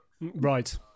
right